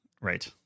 Right